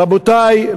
רבותי,